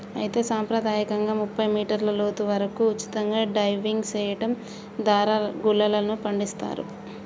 అయితే సంప్రదాయకంగా ముప్పై మీటర్ల లోతు వరకు ఉచితంగా డైవింగ్ సెయడం దారా గుల్లలను పండిస్తారు